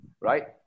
right